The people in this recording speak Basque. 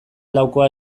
laukoa